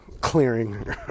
clearing